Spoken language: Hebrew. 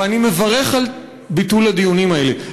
ואני מברך על ביטול הדיונים האלה,